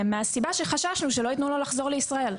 מהסיבה שחששנו שלא ייתנו לו לחזור לישראל.